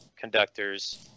conductors